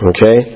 Okay